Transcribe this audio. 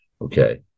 okay